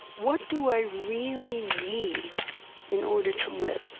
what do i really need in order to live?